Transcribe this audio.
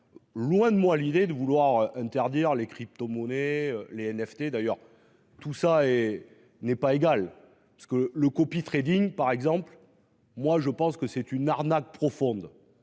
Loin de moi l'idée de vouloir interdire les cryptomonnaies, les NFT d'ailleurs tout ça et n'est pas égale. Ce que le copie Trading par exemple moi je pense que c'est une arnaque profonde